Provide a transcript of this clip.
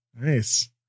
Nice